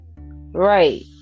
Right